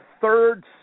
third